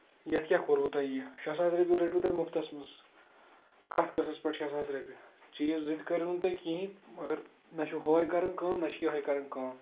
یتھ کیاہ کوٚروٕ تۄہہ یہِ شیٚے ساس رۄپیہِ رٔٹوٕ تۄہہ مُفتس منٛز کَتھ کٕسس پٮ۪ٹھ شیٚے ساس رۄپیہِ چیٖز زٕ تہِ کٔروٕ نہٕ تۄہہ کِہینۍ مَگر نہ چھُو ہوہے کران کٲم نہ چھِ یِہوٚے کران کٲم